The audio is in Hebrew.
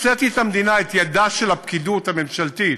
הוצאתי את המדינה, את ידה של הפקידות הממשלתית,